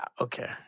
Okay